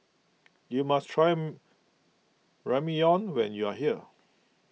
you must try Ramyeon when you are here